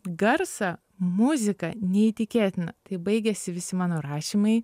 garsą muziką neįtikėtina tai baigėsi visi mano rašymai